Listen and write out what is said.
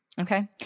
okay